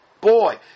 Boy